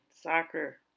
soccer